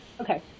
okay